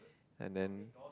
and then